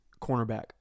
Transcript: cornerback